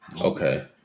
Okay